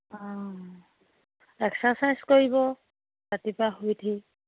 অঁ অঁ এক্সাৰচাইজ কৰিব ৰাতিপুৱা শুই উঠি